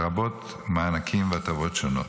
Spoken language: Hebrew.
לרבות מענקים והטבות שונות.